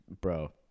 bro